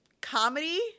comedy